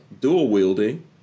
dual-wielding